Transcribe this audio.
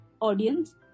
audience